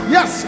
Yes